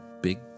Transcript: big